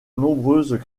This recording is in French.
nombreuses